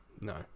no